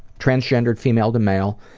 transgendered female to male,